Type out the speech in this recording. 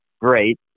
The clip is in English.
great